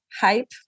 hype